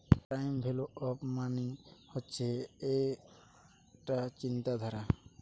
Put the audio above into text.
time value of money মানে হচ্ছে একটা চিন্তাধারা